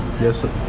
Yes